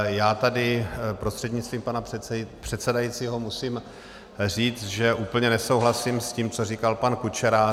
Já tady prostřednictvím pana předsedajícího musím říct, že úplně nesouhlasím s tím, co říkal pan Kučera.